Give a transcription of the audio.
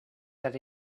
that